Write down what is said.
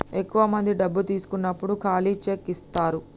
ఎక్కువ మంది డబ్బు తీసుకున్నప్పుడు ఖాళీ చెక్ ఇత్తారు